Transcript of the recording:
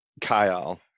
kyle